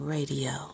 Radio